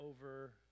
over